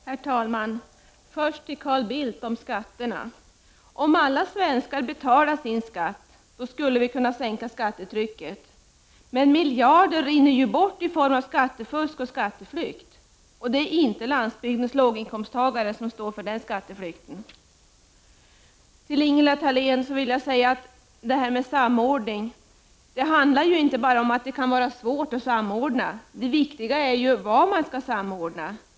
Herr talman! Först till Carl Bildt, om skatterna. Om alla svenskar betalade sin skatt skulle vi kunna sänka skattetrycket. Men miljarder rinner ju bort i form av skattefusk och skatteflykt, och det är inte landsbygdens låginkomsttagare som står för den skatteflykten! Till Ingela Thalén vill jag säga att samordningsproblemen inte bara handlar om att det kan vara svårt att samordna. Det viktiga är ju vad man skall samordna.